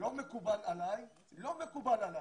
לא מקובל עליי, לא מקובל עליי,